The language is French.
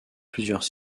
plusieurs